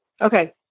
Okay